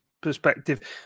perspective